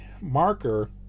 marker